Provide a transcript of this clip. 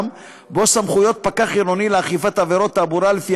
שבו סמכויות פקח עירוני לאכיפת עבירות תעבורה לפי